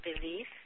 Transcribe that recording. belief